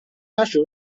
نشد